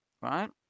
right